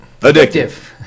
Addictive